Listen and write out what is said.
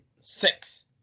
six